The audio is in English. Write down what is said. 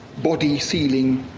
body sealing,